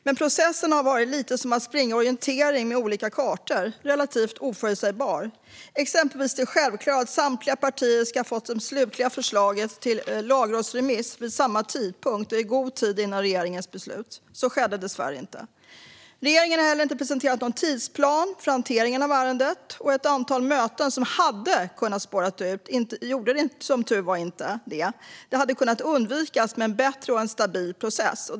Men processen har varit lite som att springa orientering med olika kartor - relativt oförutsägbar. Exempelvis är det självklart att samtliga partier ska ha fått det slutliga förslaget till lagrådsremiss vid samma tidpunkt och i god tid före regeringens beslut, men så skedde dessvärre inte. Regeringen har heller inte presenterat någon tidsplan för hanteringen av ärendet, och ett antal möten hade kunnat spåra ur. De gjorde som tur var inte det, men risken hade kunnat undvikas med en bättre och stabil process.